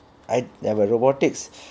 I but err robotics